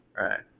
right